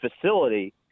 facility